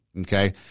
okay